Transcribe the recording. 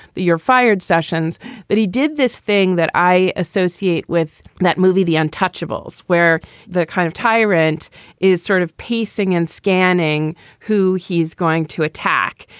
you're fired sessions that he did this thing that i associate with that movie, the untouchables, where the kind of tyrant is sort of piecing and scanning who he's going to attack.